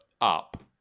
up